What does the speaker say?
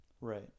Right